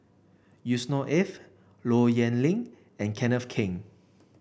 Yusnor Ef Low Yen Ling and Kenneth Keng